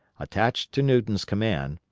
attached to newton's command,